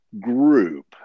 group